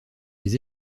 les